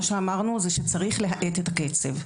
מה שאמרנו זה שצריך להאט את הקצב.